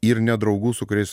ir nedraugų su kuriais